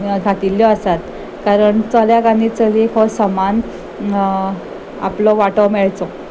घातिल्ल्यो आसात कारण चल्याक आनी चलीक हो समान आपलो वांटो मेळचो